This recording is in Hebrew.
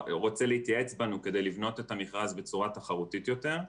רוצה להתייעץ איתנו כדי לבנות את המכרז בצורה תחרותית יותר.